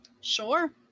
Sure